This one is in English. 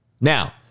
Now